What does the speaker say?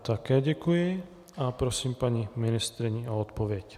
Také děkuji a prosím paní ministryni o odpověď.